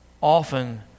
Often